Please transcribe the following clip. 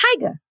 Tiger